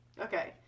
Okay